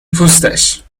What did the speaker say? پوستش